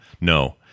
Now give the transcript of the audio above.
No